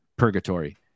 purgatory